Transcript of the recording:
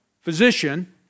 Physician